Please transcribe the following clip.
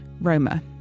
Roma